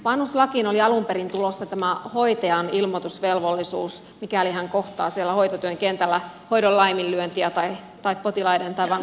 vanhuslakiin oli alun perin tulossa tämä hoitajan ilmoitusvelvollisuus mikäli hän kohtaa siellä hoitotyön kentällä hoidon laiminlyöntiä tai potilaiden tai vanhusten kaltoinkohtelua